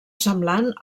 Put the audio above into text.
semblant